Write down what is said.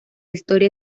historia